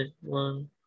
one